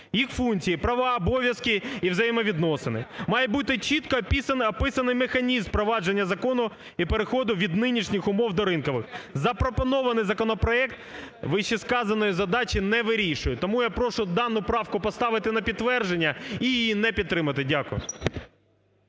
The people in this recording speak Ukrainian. їх функції, права, обов'язки і взаємовідносини. Має бути чітко описаний механізм впровадження закону і переходу від нинішніх умов до ринкових. Запропонований законопроект вищесказаної задачі не вирішує. Тому я прошу дану правку поставити на підтвердження – і її не підтримати. Дякую.